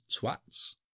Twats